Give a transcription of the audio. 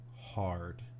hard